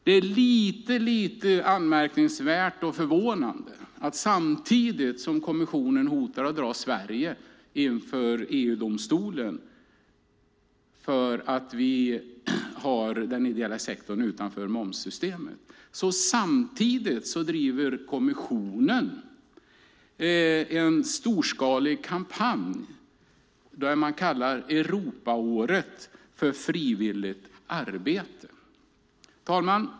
Det är anmärkningsvärt och förvånande att kommissionen hotar att dra Sverige inför EU-domstolen för att vi har den ideella sektorn utanför momssystemet samtidigt som man driver en storskalig kampanj kallad Europaåret för frivilligarbete.